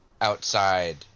outside